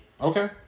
Okay